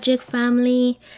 family